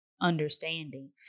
understanding